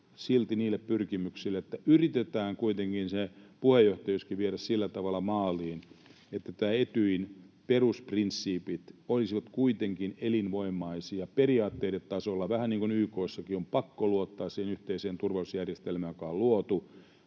niille pyrkimyksille, että yritetään kuitenkin se puheenjohtajuuskin viedä sillä tavalla maaliin, että Etyjin perusprinsiipit olisivat kuitenkin elinvoimaisia periaatteiden tasolla, vähän niin kuin YK:ssakin on pakko luottaa siihen yhteiseen turvallisuusjärjestelmään, joka on luotu,